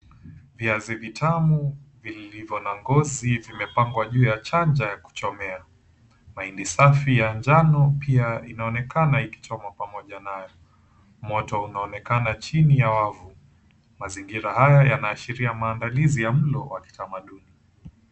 Viazi vitamu vilivyo na ngozi vimepangwa juu ya charger ya kuchomea. Mahindi safi ya njano pia yanaonekana yakichomwa pamoja nayo. Moto unaonekana chini ya wavu. Mazingira haya yanaashiria maandalizi ya mlo wa kitamaduni.